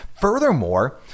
Furthermore